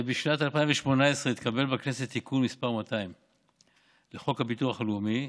בשנת 2018 התקבל בכנסת תיקון מס' 200 לחוק הביטוח הלאומי.